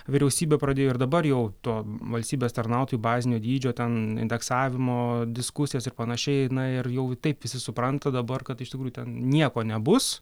vyriausybė pradėjo ir dabar jau to valstybės tarnautojų bazinio dydžio ten indeksavimo diskusijas ir panašiai na ir jau taip visi supranta dabar kad iš tikrųjų ten nieko nebus